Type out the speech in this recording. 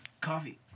coffee